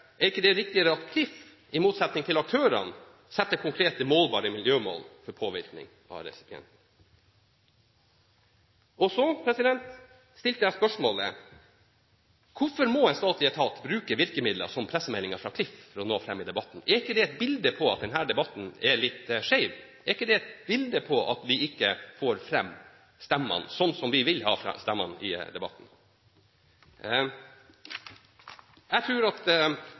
Er det ikke riktigere at Klif – og ikke aktørene – setter konkrete, målbare miljømål for påvirkning av resipienten? Så stilte jeg spørsmålet: Hvorfor må en statlig etat bruke virkemidler som pressemeldingen fra Klif for å nå fram i debatten? Er ikke det et bilde på at denne debatten er litt skeiv? Er ikke det et bilde på at vi ikke får fram stemmene, slik som vi vil ha fram stemmene i debatten? Jeg tror at statsråden og Høyre har de samme målene, og jeg ser at